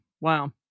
Wow